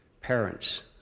parents